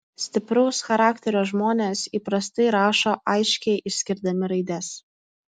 stipraus charakterio žmonės įprastai rašo aiškiai išskirdami raides